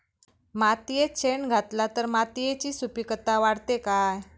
मातयेत शेण घातला तर मातयेची सुपीकता वाढते काय?